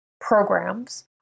programs